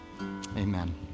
amen